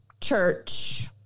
church